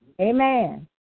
Amen